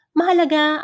Mahalaga